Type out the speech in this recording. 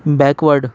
backward